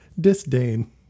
Disdain